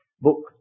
book